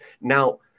now